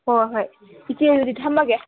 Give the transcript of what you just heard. ꯍꯣꯏ ꯍꯣꯏ ꯏꯆꯦ ꯑꯗꯨꯗꯤ ꯊꯝꯃꯒꯦ